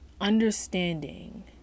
understanding